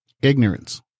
Ignorance